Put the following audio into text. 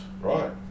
right